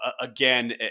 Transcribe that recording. Again